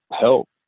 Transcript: help